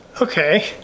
Okay